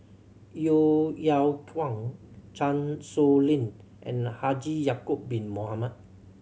Yeo Yeow Kwang Chan Sow Lin and Haji Ya'acob Bin Mohamed